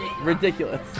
ridiculous